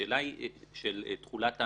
השאלה היא של תחולת האמנות.